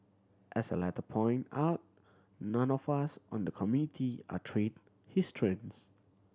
as the letter point out none of us on the Community are trained historians